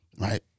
Right